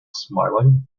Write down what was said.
smiling